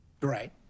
Right